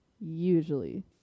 usually